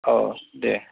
औ दे